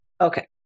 okay